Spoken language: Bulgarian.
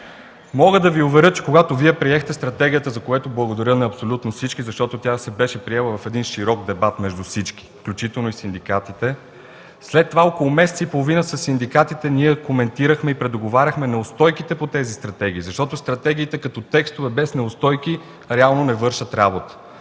Мога да Ви уверя, че когато Вие приехте стратегията, за което благодаря на абсолютно всички, защото тя бе приета в широк дебат между всички, включително и синдикатите, след това около месец и половина ние със синдикатите коментирахме и предоговаряхме неустойките по тези стратегии, защото стратегиите като текстове без неустойки реално не вършат работа.